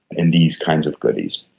and these kinds of goodies.